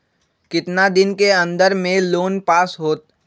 कितना दिन के अन्दर में लोन पास होत?